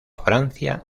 francia